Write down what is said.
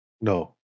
No